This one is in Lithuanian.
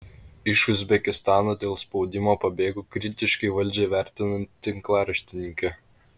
iš uzbekistano dėl spaudimo pabėgo kritiškai valdžią vertinanti tinklaraštininkė